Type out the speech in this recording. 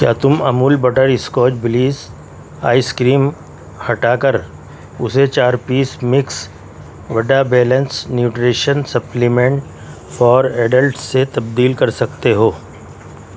کیا تم Amul butter scotch bliss ice cream ہٹا کر اسے چار پیس میکس ووڈا balance nutrition supplement for adult سے تبدیل کر سکتے ہو